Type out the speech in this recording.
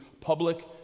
public